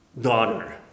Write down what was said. daughter